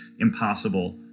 impossible